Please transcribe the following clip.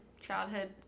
childhood